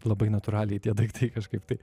labai natūraliai tie daiktai kažkaip